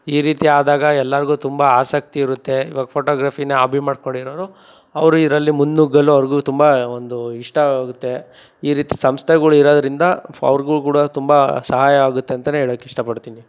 ಈ ರೀತಿ ಆದಾಗ ಎಲ್ಲಾರಿಗು ತುಂಬ ಆಸಕ್ತಿ ಇರುತ್ತೆ ಇವಾಗ ಫೋಟೋಗ್ರಫಿನ ಆಬಿ ಮಾಡಿಕೊಂಡಿರೋರು ಅವ್ರು ಇದರಲ್ಲಿ ಮುನ್ನುಗ್ಗಲು ಅವ್ರಿಗು ತುಂಬ ಒಂದು ಇಷ್ಟವಾಗುತ್ತೆ ಈ ರೀತಿ ಸಂಸ್ಥೆಗಳಿರೋದ್ರಿಂದ ಅವ್ರಿಗು ಕೂಡ ತುಂಬ ಸಹಾಯ ಆಗುತ್ತೆ ಅಂತ ಹೇಳಕ್ ಇಷ್ಟಪಡ್ತೀನಿ